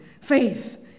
faith